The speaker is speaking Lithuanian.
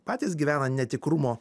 patys gyvena netikrumo